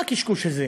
מה הקשקוש הזה?